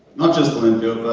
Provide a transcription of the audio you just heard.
not just the linfield